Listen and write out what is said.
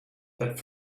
that